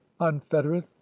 unfettereth